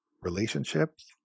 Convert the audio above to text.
Relationships